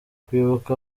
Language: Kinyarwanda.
kwibuka